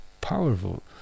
powerful